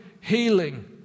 healing